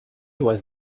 was